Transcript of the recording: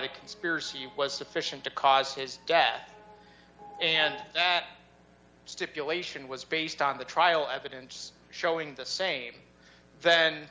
the conspiracy was sufficient to cause his death and that stipulation was based on the trial evidence showing the same then